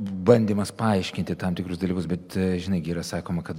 bandymas paaiškinti tam tikrus dalykus bet žinai gi yra sakoma kad